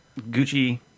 Gucci